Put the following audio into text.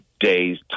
days